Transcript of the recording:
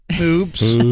oops